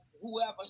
whoever